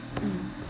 mm